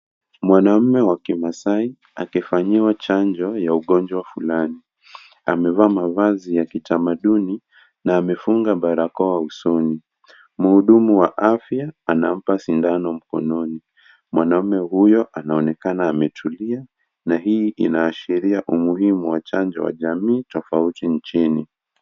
Mwanamume wa kimasai akifanyiwa chanjo ya ugonjwa fulani. Amevaa mavazi ya kitamaduni na amefunga barakoa usoni. Mhudumu wa afya anampa sindano mkononi. Mwanamume huyo anaonekana ametulia na hii inaashiria umuhimu wa chanjo ya jamii tofauti nchini.